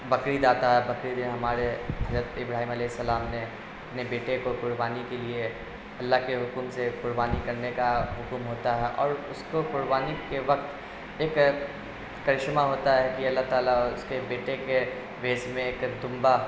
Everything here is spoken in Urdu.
بقرعید آتا ہے بقرعید ہمارے حضرت ابراہیم علیہ السلام نے اپنے بیٹے کو قربانی کے لیے اللہ کے حکم سے قربانی کرنے کا حکم ہوتا ہے اور اس کو قربانی کے وقت ایک کرشمہ ہوتا ہے کہ اللہ تعالیٰ اس کے بیٹے کے بھیس میں ایک دمبہ